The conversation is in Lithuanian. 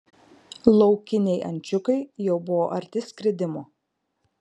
laukiniai ančiukai jau buvo arti skridimo